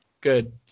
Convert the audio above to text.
Good